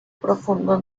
profundo